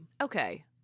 Okay